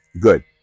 Good